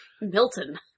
Milton